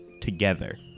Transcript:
together